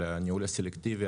על הניהול הסלקטיבי,